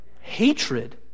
hatred